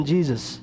Jesus